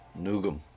Nugum